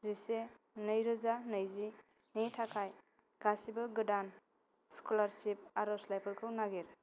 जिसे नै रोजा नैजिनि थाखाय गासैबो गोदान स्कलारसिप आरजलाइफोरखौ नागिर